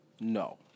no